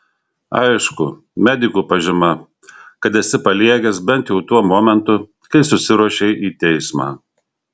aišku medikų pažyma kad esi paliegęs bent jau tuo momentu kai susiruošei į teismą